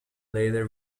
later